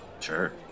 sure